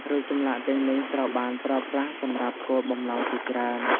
រូបចម្លាក់ទាំងនេះត្រូវបានប្រើប្រាស់សម្រាប់គោលបំណងជាច្រើន។